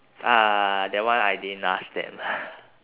uh that one I didn't ask them